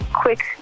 quick